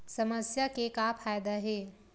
समस्या के का फ़ायदा हे?